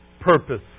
purpose